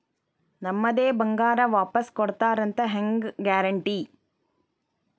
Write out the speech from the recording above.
ನಮ್ಮದೇ ಬಂಗಾರ ವಾಪಸ್ ಕೊಡ್ತಾರಂತ ಹೆಂಗ್ ಗ್ಯಾರಂಟಿ?